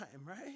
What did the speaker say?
Right